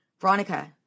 Veronica